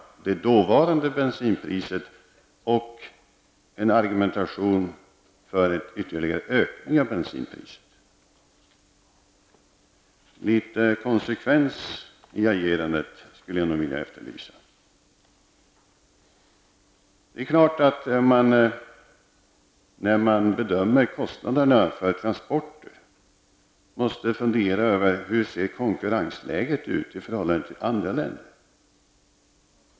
Då försvarade de det bensinpris som då rådde och förde en argumentation för en ytterligare ökning av bensinpriset. Jag skulle nog vilja efterlysa litet konsekvens i agerandet. Det är självfallet så att man måste fundera över hur konkurrensläget ser ut i förhållande till andra länder, när man bedömer kostnaderna för transporter.